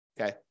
Okay